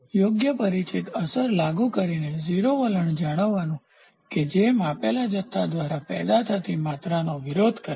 યોગ્ય પરિચિત અસર લાગુ કરીને 0 વલણ જાળવવાનું કે જે માપેલા જથ્થા દ્વારા પેદા થતી માત્રાનો વિરોધ કરે